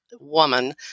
woman